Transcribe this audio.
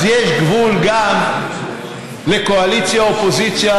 אז יש גם גבול לקואליציה אופוזיציה,